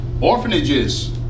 Orphanages